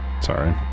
sorry